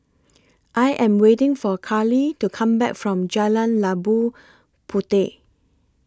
I Am waiting For Carley to Come Back from Jalan Labu Puteh